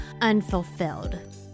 unfulfilled